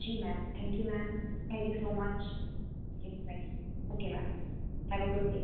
ji ma'am thank you ma'am thank you so much yes nice okay ma'am have a good day